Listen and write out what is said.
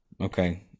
Okay